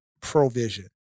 provision